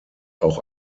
auch